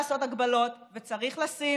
וצריך לעשות הגבלות, וצריך לשים